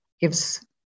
gives